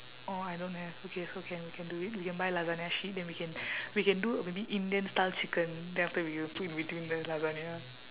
orh I don't have okay so can we can do it we can buy lasagna sheet then we can we can do maybe indian style chicken then after that we put in between the lasagna